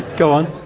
go on.